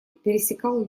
пересекал